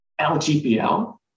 lgpl